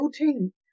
Routine